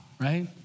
right